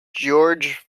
georg